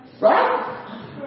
right